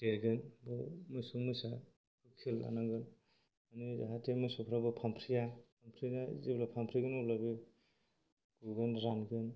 देरगोन बेयाव मोसौ मोसा खेल लानांगोन माने जाहाथे मोसौफ्राबो फानफ्रेया फानफ्रेनानै जेब्ला बे फानफ्रेगोन अब्ला बे गुगोन रानगोन